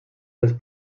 dels